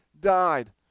died